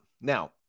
Now